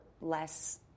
less